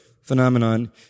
phenomenon